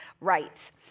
rights